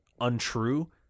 untrue